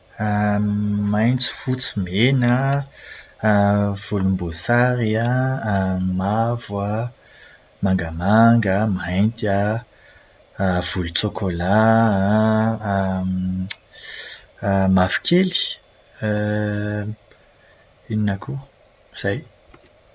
Maitso, fotsy, mena, volomboasary an, mavo an, mangamanga, mainty an, volontsokola, mavokely, inona koa? Izay.